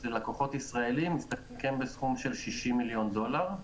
ללקוחות ישראלים מסתכם בסכום של 60 מיליון דולר.